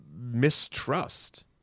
mistrust